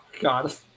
God